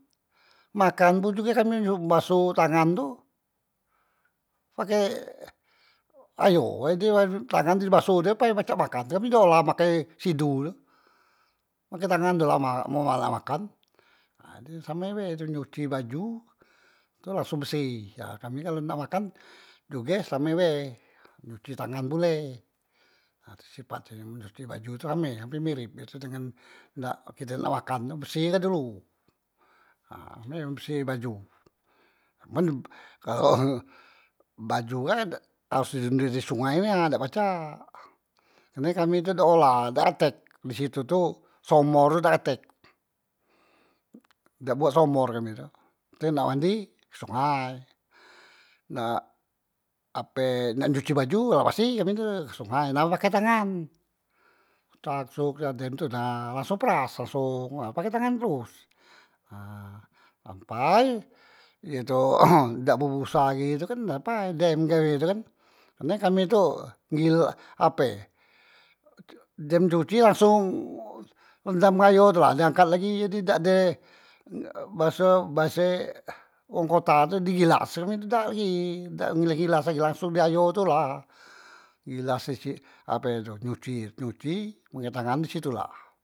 Makan pun juge kami njuk basoh tangan tu pakai ayo, jadi man tangan di basoh day pai pacak makan, kami dak olah makai sidol, makai tangan tu la ma mun la makan, ha jadi same be tu nyuci baju langsung berseh, ha kami kak la nak makan juge same bae nyuci tangan pule, ha tu sipat e men nyuci baju same hamper mirep ye tu dengan dak kite nak makan tu berseh ka dulu, ha same men bersih baju, man kalo baju kak harus di run dem di sungai nia dak pacak, karne kami tu dak olah dak atek di situ tu somor tu dak atek, dak buat somor kami tu, nte nak mandi ke sungai, nak ape nak nyuci baju la pasti kami tu ke sungai nah pakai tangan, sak suk nah dem tu langsung peras, langsong nah pakai tangan teros, ha ampai ye tu dak bebusah lagi tu kan ampai dem gawe tu kan, kerne kami tu gil ape dem cuci langsong e rendam ayo tu la di angkat lagi, jadi dak de baso base wong kota tu di gilas, kami tu dak lagi, dak gilas- gilas lagi langsong di ayo tu la gilas nyici ape tu nyuci, nyuci pake tangan di situ la.